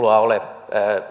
ole